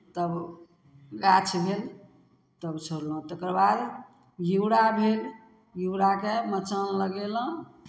तब गाछ भेल तब छोड़लहुँ तकर बाद घिउरा भेल घिउराके मचान लगयलहुँ